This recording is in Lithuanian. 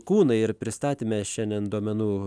kūnai ir pristatyme šiandien duomenų